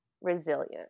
resilient